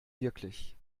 wirklich